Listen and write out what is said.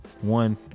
one